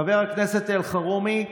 חבר הכנסת אלחרומי,